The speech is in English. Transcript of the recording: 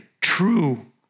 true